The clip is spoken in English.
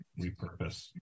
repurpose